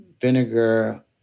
vinegar